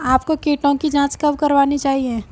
आपको कीटों की जांच कब करनी चाहिए?